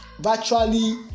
virtually